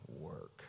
work